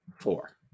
four